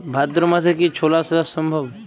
ভাদ্র মাসে কি ছোলা চাষ সম্ভব?